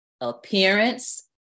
appearance